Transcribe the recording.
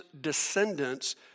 descendants